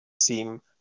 seem